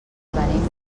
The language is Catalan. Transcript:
venim